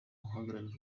uhagarariye